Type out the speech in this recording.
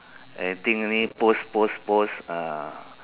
anything only post post post ah